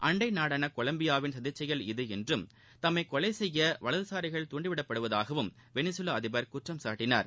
அண்டைநாடான கொலம்பியாவின் சதிச்செயல் இது என்றும் தம்மை கொலை செய்ய வலதுசாரிகள் தூண்டி விடப்படுவதாகவும் வெனிசுலா அதிபர் குற்றம் சாட்டினார்